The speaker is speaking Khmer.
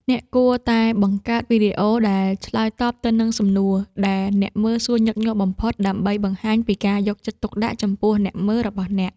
អ្នកគួរតែបង្កើតវីដេអូដែលឆ្លើយតបទៅនឹងសំណួរដែលអ្នកមើលសួរញឹកញាប់បំផុត ដើម្បីបង្ហាញពីការយកចិត្តទុកដាក់ចំពោះអ្នកមើលរបស់អ្នក។